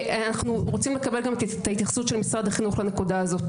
ואנחנו רוצים לקבל גם את ההתייחסות של משרד החינוך לנקודה הזאת.